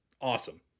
awesome